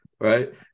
right